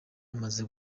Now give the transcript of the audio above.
amaze